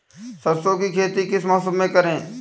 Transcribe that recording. सरसों की खेती किस मौसम में करें?